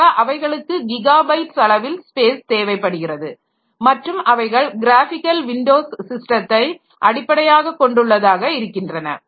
ஆக அவைகளுக்கு கிகாபைட்ஸ் அளவில் ஸ்பேஸ் தேவைப்படுகிறது மற்றும் அவைகள் கிராஃபிகல் விண்டோஸ் சிஸ்டத்தை அடிப்படையாக கொண்டு உள்ளதாக இருக்கின்றன